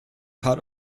part